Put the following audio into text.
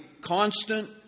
constant